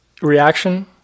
reaction